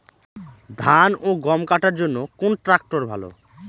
ধান ও গম কাটার জন্য কোন ট্র্যাক্টর ভালো?